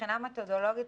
מבחינה מתודולוגית,